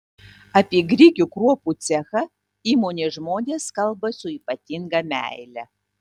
apie grikių kruopų cechą įmonės žmonės kalba su ypatinga meile